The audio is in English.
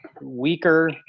weaker